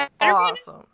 awesome